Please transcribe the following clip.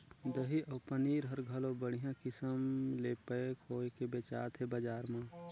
दही अउ पनीर हर घलो बड़िहा किसम ले पैक होयके बेचात हे बजार म